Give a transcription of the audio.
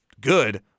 good